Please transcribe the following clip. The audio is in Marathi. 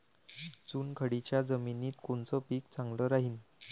चुनखडीच्या जमिनीत कोनचं पीक चांगलं राहीन?